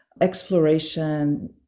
exploration